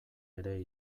ere